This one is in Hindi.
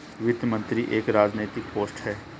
वित्त मंत्री एक राजनैतिक पोस्ट है